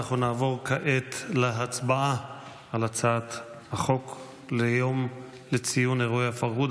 אנחנו נעבור כעת להצבעה על הצעת החוק יום לציון אירועי הפרהוד,